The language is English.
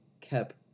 kept